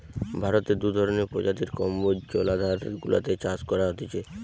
ভারতে দু ধরণের প্রজাতির কম্বোজ জলাধার গুলাতে চাষ করা হতিছে